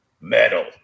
metal